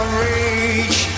rage